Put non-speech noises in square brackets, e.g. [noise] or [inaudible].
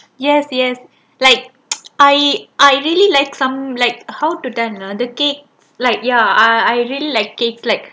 yes yes like [noise] I I really like some like how to tell ah the cake like ya I I really like cakes like